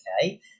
okay